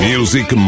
Music